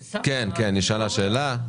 כן, נשאלה שאלה.